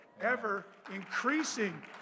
ever-increasing